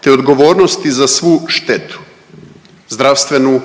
te odgovornosti za svu štetu. Zdravstvenu,